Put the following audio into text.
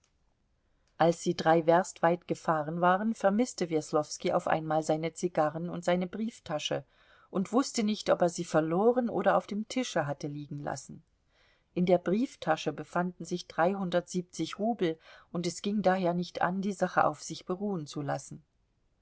als sie drei werst weit gefahren waren vermißte weslowski auf einmal seine zigarren und seine brieftasche und wußte nicht ob er sie verloren oder auf dem tische hatte liegenlassen in der brieftasche befanden sich dreihundertundsiebzig rubel und es ging daher nicht an die sache auf sich beruhen zu lassen